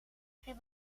hij